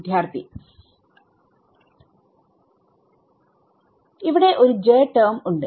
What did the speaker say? വിദ്യാർത്ഥി അവിടെ ഒരു ടെർമ് ഉണ്ട്